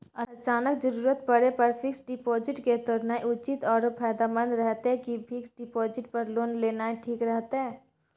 अचानक जरूरत परै पर फीक्स डिपॉजिट के तोरनाय उचित आरो फायदामंद रहतै कि फिक्स डिपॉजिट पर लोन लेनाय ठीक रहतै?